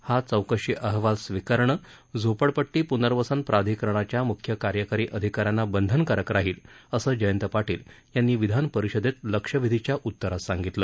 हा चौकशी अहवाल स्वीकारणं झोपडपट्टी पुनर्वसन प्रधिकरणाच्या मुख्य कार्यकारी अधिका यांना बंधनकारक राहील असं जयंत पाटील यांनी विधान परिषदेत लक्षवेधीच्या उत्तरात सांगितलं